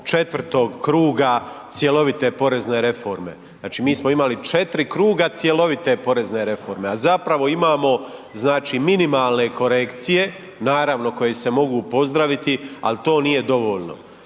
ovog 4. kruga cjelovite porezne reforme. Znači mi smo imali 4. kruga cjelovite porezne reforme a zapravo imamo znači minimalne korekcije, naravno koje se mogu pozdraviti ali to nije dovoljno.